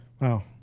wow